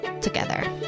together